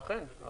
אכן,